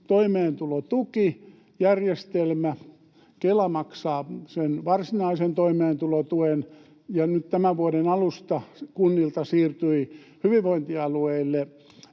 toimeentulotukijärjestelmä: Kela maksaa sen varsinaisen toimeentulotuen, ja nyt tämän vuoden alusta kunnilta siirtyi hyvinvointialueille